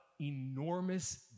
enormous